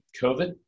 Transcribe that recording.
COVID